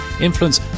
influence